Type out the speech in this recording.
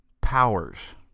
powers